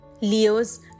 Leo's